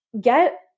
get